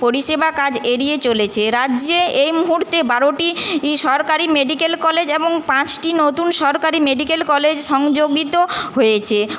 পরিষেবা কাজ এগিয়ে চলেছে রাজ্যে এই মুহুর্তে বারোটি ই সরকারি মেডিকেল কলেজ এবং পাঁচটি নতুন সরকারি মেডিকেল কলেজ সংযোজিত হয়েছে